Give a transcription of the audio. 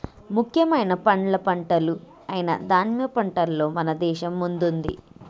ముఖ్యమైన పండ్ల పంటలు అయిన దానిమ్మ పంటలో మన దేశం ముందుంది